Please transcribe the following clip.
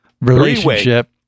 relationship